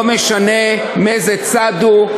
לא משנה מאיזה צד הוא,